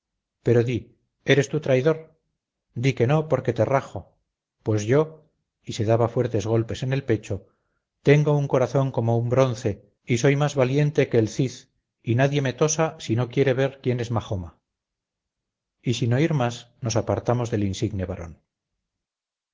pero di eres tú traidor di que no porque te rajo pues yo y se daba fuertes golpes en el pecho tengo un corazón como un bronce y soy más valiente que el ciz y nadie me tosa si no quiere ver quién es majoma y sin oír más nos apartamos del insigne varón